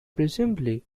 presumably